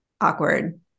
awkward